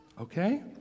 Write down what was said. Okay